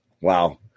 Wow